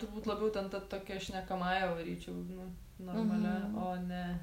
turbūt labiau ten ta tokia šnekamąja varyčiau nu normalia o ne